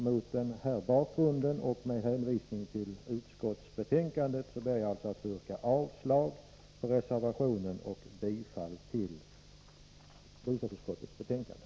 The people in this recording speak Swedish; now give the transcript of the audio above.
Mot denna bakgrund och med hänvisning till utskottsbetänkandet ber jag att få yrka avslag på reservationen och bifall till hemställan i bostadsutskottets betänkande.